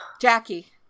Jackie